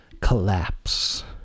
collapse